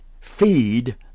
Feed